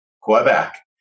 Quebec